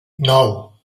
nou